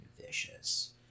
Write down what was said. vicious